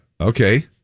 Okay